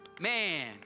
Man